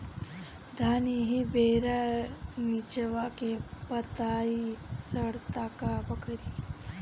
धान एही बेरा निचवा के पतयी सड़ता का करी?